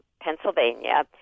Pennsylvania